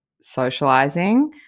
socializing